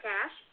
Cash